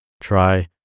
try